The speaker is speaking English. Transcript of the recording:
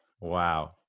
Wow